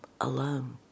alone